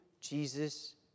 Jesus